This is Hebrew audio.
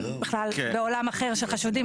זה בכלל בעולם אחר של חשודים,